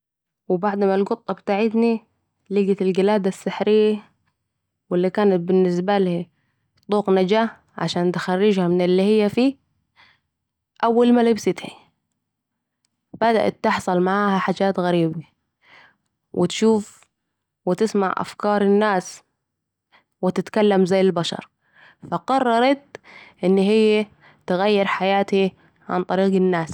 و بعد ما القطه بتعتنا ليقت القلاده السحريه الي كانت بنسبالها طوق نجاه علشان تخرجها من الي هي فيه أول مالبستها بدأت تحصل معاها حجات غربيه و تشوف و تسمع أفكار الناس ، و تتكلم زي البشر فا قررت أن هي تغير حياتها عن طريق الناس